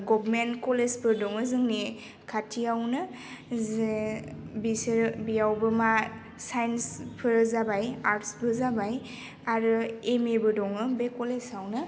government कलेजफोर दङो जोंनि खाथियावनो जे बिसोर बेयावबो मा साइन्सफोर जाबाय आर्टसबो जाबाय आरो एम ए बो दङो बे कलेजआवनो